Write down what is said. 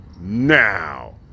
Now